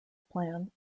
plan